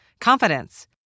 confidence